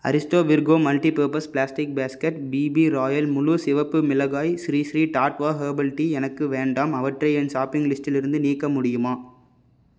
Aristo Virgo multipurpose plastic basket BB Royal முழு சிகப்பு மிளகாய் ஸ்ரீ ஸ்ரீ தாத்வா ஹெர்பல் டீ எனக்கு வேண்டாம் அவற்றை என் ஷாப்பிங் லிஸ்ட்டிலிருந்து நீக்க முடியுமா